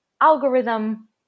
algorithm